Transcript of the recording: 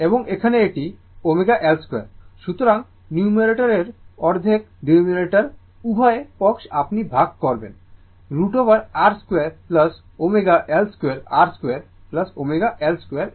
সুতরাং numerator and denominator উভয় পক্ষ আপনি ভাগ করবেন √ over R 2 ω L 2 R 2 ω L2 2 v দ্বারা